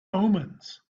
omens